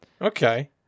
Okay